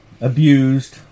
abused